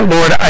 Lord